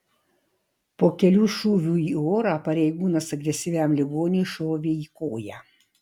po kelių šūvių į orą pareigūnas agresyviam ligoniui šovė į koją